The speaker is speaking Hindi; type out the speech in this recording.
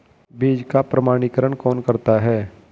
बीज का प्रमाणीकरण कौन करता है?